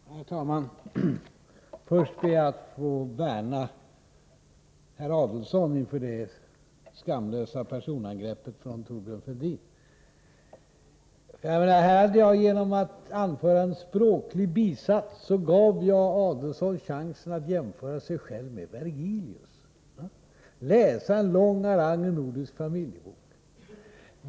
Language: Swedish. Herr talman! Först ber jag att få värna herr Adelsohn mot det skamlösa personangreppet från Thorbjörn Fälldin. Genom att anföra en bisats gav jag Adelsohn chansen att jämföra sig själv med Vergilius, läsa en lång harang ur Nordisk Familjebok.